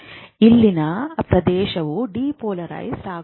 ಇಲ್ಲಿನ ಪ್ರದೇಶವು ಡಿಪೋಲರೈಸ್ ಆಗುತ್ತದೆ